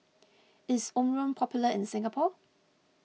is Omron popular in Singapore